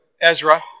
Ezra